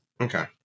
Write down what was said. Okay